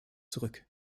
zurück